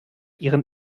ihren